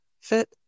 fit